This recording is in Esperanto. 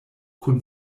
kun